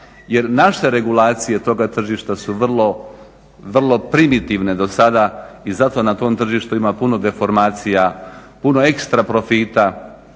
jer naše regulacije toga tržišta su vrlo, vrlo primitivne do sada i zato na tom tržištu ima puno deformacija, puno ekstra profita,